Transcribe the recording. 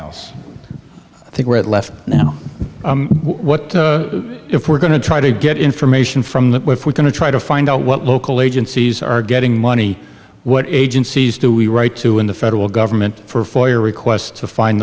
else i think we're at left now what if we're going to try to get information from that we're going to try to find out what local agencies are getting money what agencies do we write to in the federal government for your requests to find